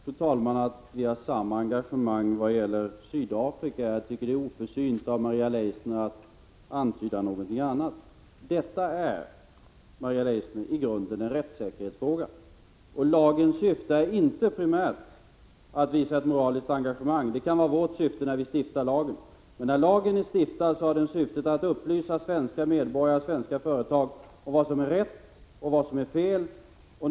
Fru talman! Jag tror nog att vi har samma engagemang vad gäller förhållandena i Sydafrika. Det är oförsynt av Maria Leissner att antyda något annat. Detta är, Maria Leissner, i grunden en rättssäkerhetsfråga. Lagen syftar inte primärt till att visa ett moraliskt engagemang i Sydafrikafrågorna. Det kan vara vårt syfte när vi stiftar lagen, men som den är skriven har den till syfte att upplysa svenska medborgare och företag om vad som är rätt och fel.